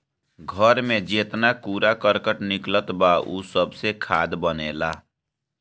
घर में जेतना कूड़ा करकट निकलत बा उ सबसे खाद बनेला